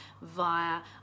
via